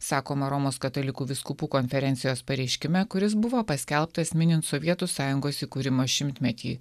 sakoma romos katalikų vyskupų konferencijos pareiškime kuris buvo paskelbtas minint sovietų sąjungos įkūrimo šimtmetį